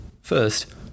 First